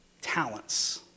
talents